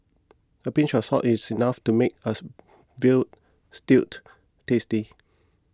a pinch of salt is enough to make a veal stewed tasty